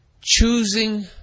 Choosing